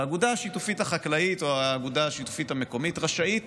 האגודה השיתופית החקלאית או האגודה השיתופית המקומית רשאית